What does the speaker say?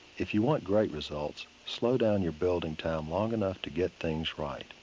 if you want great results, slow down your building time long enough to get things right.